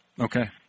Okay